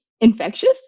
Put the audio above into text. infectious